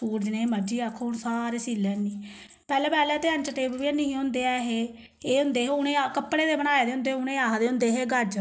suit जनेह् मर्जी आक्खो हून सारे सी लैन्नी पैह्लें पैह्लें ते एंचीटेप बी हैन्नी हुंदे ऐ हे एह् हुंदे हे उ'नें कपड़े दे बनाए दे हुंदे उ'नें गी आखदे हे गज